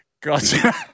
Gotcha